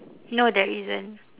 no there isn't